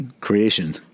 Creation